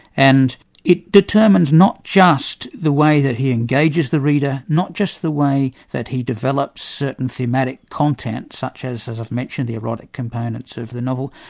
and it determines not just the way that he engages the reader, not just the way that he develops certain thematic content, such as, as i've mentioned, the erotic components of the novel,